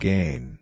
Gain